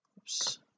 Oops